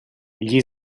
gli